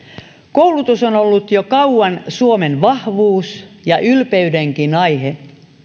koulutus on ollut jo kauan suomen vahvuus ja ylpeydenkin aihe